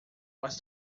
was